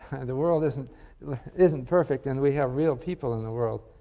and the world isn't isn't perfect and we have real people in the world,